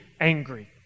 angry